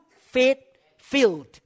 faith-filled